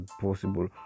possible